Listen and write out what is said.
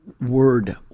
Word